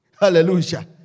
Hallelujah